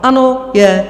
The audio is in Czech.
Ano, je.